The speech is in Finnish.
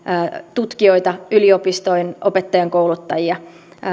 tutkijoita yliopistojen opettajankouluttajia